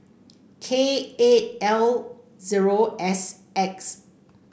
K eight L zero S X